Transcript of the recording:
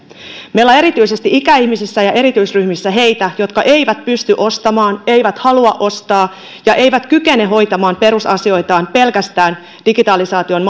meillä on erityisesti ikäihmisissä ja erityisryhmissä heitä jotka eivät pysty ostamaan eivät halua ostaa ja eivät kykene hoitamaan perusasioitaan pelkästään digitalisaation